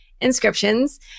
inscriptions